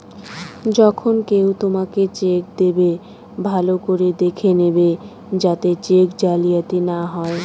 যখন কেউ তোমাকে চেক দেবে, ভালো করে দেখে নেবে যাতে চেক জালিয়াতি না হয়